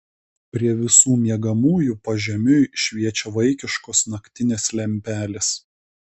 prie visų miegamųjų pažemiui šviečia vaikiškos naktinės lempelės